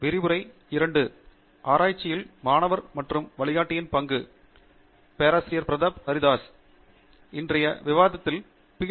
விரிவுரை 02 ஆராய்ச்சியில் மாணவர் மற்றும் வழிகாட்டியின் பங்கு பேராசிரியர் பிரதாப் ஹரிதாஸ் இன்றைய விவாததில் Ph